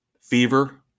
Fever